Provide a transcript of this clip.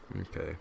Okay